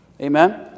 amen